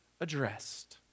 addressed